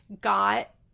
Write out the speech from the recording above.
got